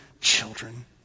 children